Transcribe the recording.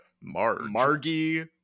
Margie